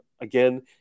Again